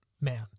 man